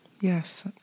Yes